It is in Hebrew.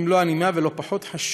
שוכרת שם בית ולא בפאתי העיר אלא במרכז,